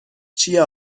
چیه